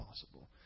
possible